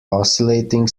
oscillating